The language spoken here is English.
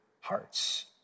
hearts